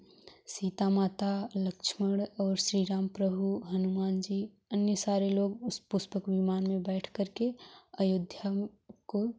सीता माता लक्ष्मण और श्री राम प्रभु हनुमान जी अन्य सारे लोग उस पुष्पक विमान में बैठ करके अयोध्या में को